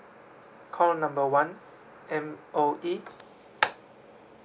call number one M_O_E